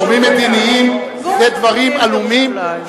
גורמים מדיניים זה דברים עלומים,